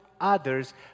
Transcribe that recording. others